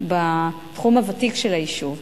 בתחום הוותיק של היישוב,